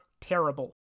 terrible